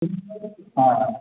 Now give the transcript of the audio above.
হ্যাঁ